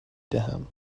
دهم